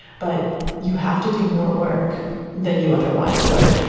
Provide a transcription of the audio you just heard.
but you have to do more work than you otherwise would.